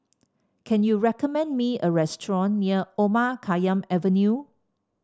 can you recommend me a restaurant near Omar Khayyam Avenue